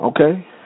Okay